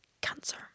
Cancer